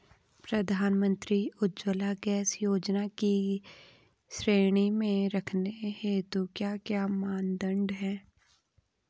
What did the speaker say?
प्रधानमंत्री उज्जवला गैस योजना की श्रेणी में रखने हेतु क्या क्या मानदंड है?